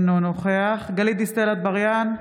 אינו נוכח גלית דיסטל אטבריאן,